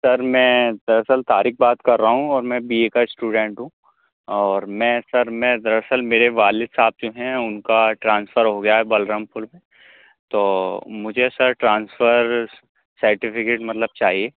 سر میں دراصل طارق بات کر رہا ہوں اور میں بی اے کا اسٹوڈنٹ ہوں اور میں سر میں دراصل میرے والد صاحب جو ہیں اُن کا ٹرانسفر ہو گیا ہے بلرام پور میں تو مجھے سر ٹرانسفر سرٹیفکٹ مطلب چاہیے